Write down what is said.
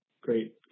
great